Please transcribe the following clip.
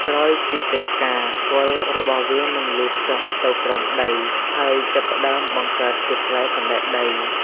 ក្រោយពីចេញផ្កា គល់របស់វា នឹងលូតចុះទៅក្រោមដី ហើយចាប់ផ្តើមបង្កើតជាផ្លែសណ្ដែកដី។